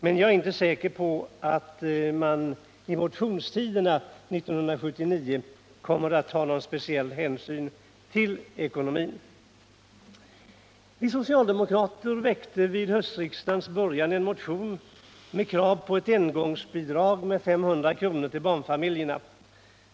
Men jag är inte säker på att man i motionstiderna 1979 kommer att ta någon speciell hänsyn till ekonomin. Vi socialdemokrater väckte vid höstriksdagens början en motion med krav på ett engångsbidrag med 500 kr. till barnfamiljerna.